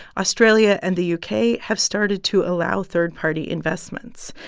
australia and the u k. have started to allow third-party investments.